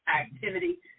activity